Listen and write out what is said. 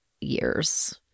years